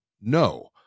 no